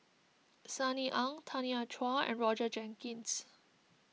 Sunny Ang Tanya Chua and Roger Jenkins